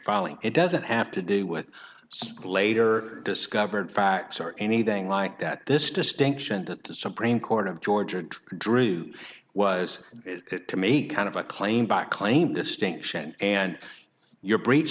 falling it doesn't have to do with the later discovered facts or anything like that this distinction that the supreme court of georgia drew was to me kind of a claim by claim distinction and your breach